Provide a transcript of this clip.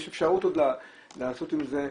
יש אפשרות לעשות עם זה,